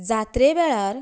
जात्रे वेळार